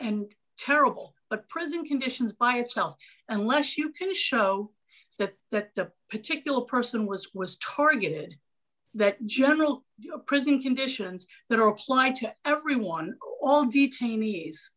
and terrible but prison conditions by itself unless you can show that that particular person was was targeted that general prison conditions that are applied to everyone on detainees